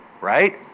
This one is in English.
right